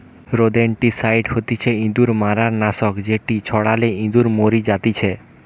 rodenticide হতিছে ইঁদুর মারার নাশক যেটি ছড়ালে ইঁদুর মরি জাতিচে